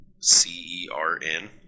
C-E-R-N